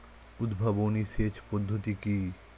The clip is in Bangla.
উদ্ভাবনী সেচ পদ্ধতি কি?